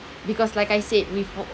because like I said we would